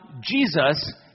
Jesus